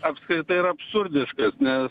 apskritai yra absurdiškas nes